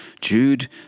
Jude